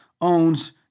owns